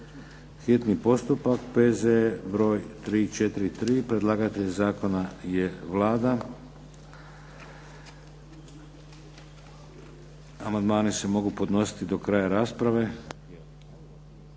drugo čitanje, P.Z.E. br. 343 Predlagatelj zakona je Vlada. Amandmani se mogu podnositi do kraja rasprave.